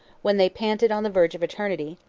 when they panted on the verge of eternity,